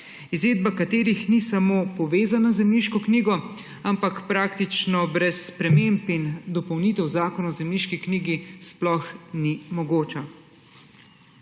izvedba katerih ni samo povezana z zemljiško knjigo, ampak praktično brez sprememb in dopolnitev Zakona o zemljiški knjigi sploh ni mogoča.